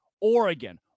Oregon